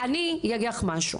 אני אגיד לך משהו.